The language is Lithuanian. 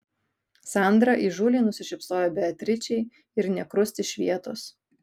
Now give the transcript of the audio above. sandra įžūliai nusišypsojo beatričei ir nė krust iš vietos